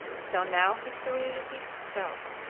so now history repeats itself,